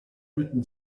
written